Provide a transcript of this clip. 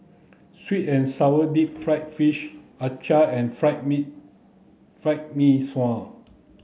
sweet and sour deep fried fish and fried mee fried mee sua